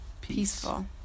Peaceful